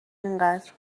اینقدر